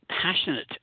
Passionate